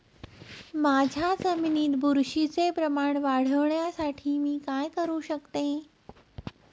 माझ्या जमिनीत बुरशीचे प्रमाण वाढवण्यासाठी मी काय करू शकतो?